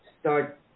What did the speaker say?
start